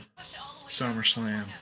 SummerSlam